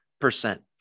percent